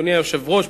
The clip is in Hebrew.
אדוני היושב-ראש,